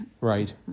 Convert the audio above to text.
Right